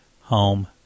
Home